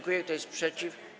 Kto jest przeciw?